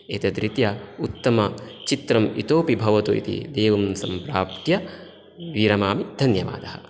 एतद्रीत्या उत्तमचित्रम् इतोपि भवतु इति देवं सम्प्रार्थ्य विरमामि धन्यवादः